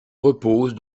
repose